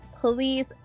please